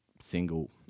single